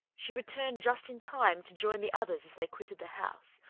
she returned just in time to join the others as they quitted the house,